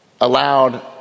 allowed